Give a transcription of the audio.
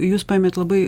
jūs paėmėt labai